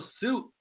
suit